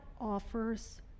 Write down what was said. offers